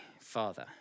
Father